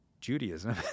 Judaism